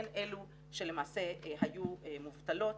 הן אלו שלמעשה היו מובטלות,